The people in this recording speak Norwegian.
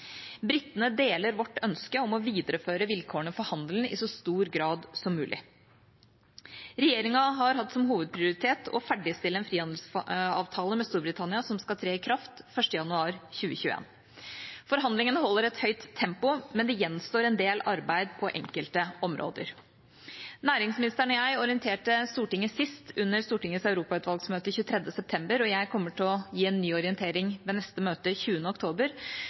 Britene deler vårt ønske om å videreføre vilkårene for handelen i så stor grad som mulig. Regjeringa har hatt som hovedprioritet å ferdigstille en frihandelsavtale med Storbritannia som skal tre i kraft 1. januar 2021. Forhandlingene holder et høyt tempo, men det gjenstår en del arbeid på enkelte områder. Næringsministeren og jeg orienterte Stortinget sist under Stortingets europautvalgsmøte 23. september, og jeg kommer til å gi en ny orientering ved neste møte 20. oktober,